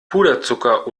puderzucker